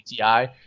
gti